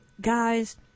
guys